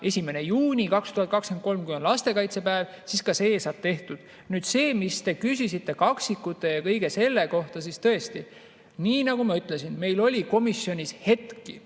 1. juunist 2023, kui on lastekaitsepäev, ka see saab tehtud. Nüüd see, mida te küsisite kaksikute ja kõige selle kohta, siis tõesti, nii nagu ma ütlesin, meil oli komisjonis hetki